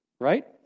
Right